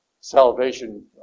salvation